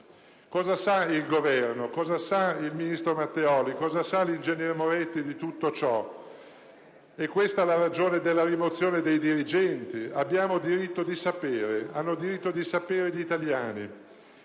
Cosa sa il Governo? Cosa sa il ministro Matteoli? Cosa sa l'ingegner Moretti di tutto ciò? È questa la ragione della rimozione dei dirigenti? Abbiamo diritto di sapere. Hanno diritto di sapere gli italiani.